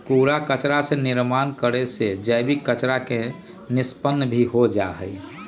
कूड़ा कचरा के निर्माण करे से जैविक कचरा के निष्पन्न भी हो जाहई